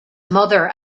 mother